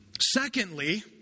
Secondly